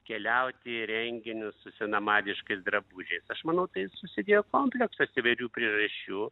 keliauti į renginius su senamadiškais drabužiais aš manau tai susidėjo kompleksas įvairių priežasčių